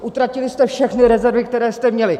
Utratili jste všechny rezervy, které jste měli!